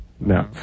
No